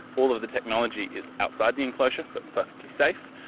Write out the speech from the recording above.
all of the technology is outside the enclosure, so it's perfectly safe.